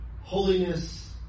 holiness